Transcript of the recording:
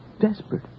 desperate